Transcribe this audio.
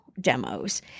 demos